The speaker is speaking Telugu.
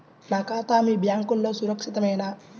నా ఖాతా మీ బ్యాంక్లో సురక్షితమేనా?